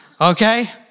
okay